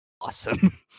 awesome